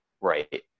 right